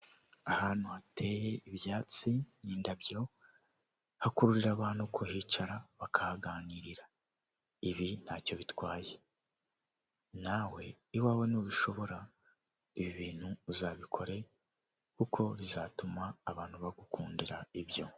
Tagisi vuwatire yo mu bwoko bwa yego kabusi ushobora guhamagara iriya nimero icyenda rimwe icyenda rimwe ikaza ikagutwara aho waba uherereye hose kandi batanga serivisi nziza n'icyombaziho .